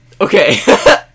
Okay